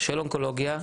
של אונקולוגיה,